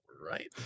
right